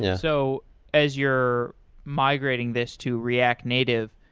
yeah so as you're migrating this to react native,